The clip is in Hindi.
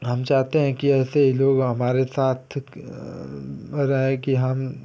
हम चाहते हैं कि ऐसे लोग हमारे साथ रहे कि हम